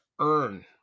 earn